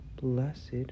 Blessed